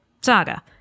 saga